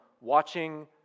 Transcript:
watching